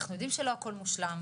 אנחנו יודעים שלא הכל מושלם,